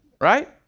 Right